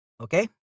Okay